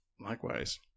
likewise